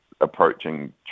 approaching